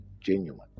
genuine